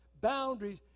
boundaries